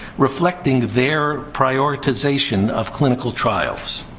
reflecting their prioritization of clinical trials.